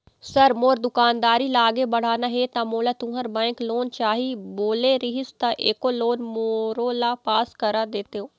Sir मोर दुकानदारी ला आगे बढ़ाना हे ता मोला तुंहर बैंक लोन चाही बोले रीहिस ता एको लोन मोरोला पास कर देतव?